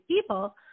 people